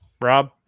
Rob